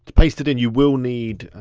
paste it in, you will need,